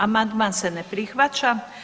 Amandman se ne prihvaća.